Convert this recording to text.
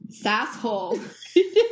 Sasshole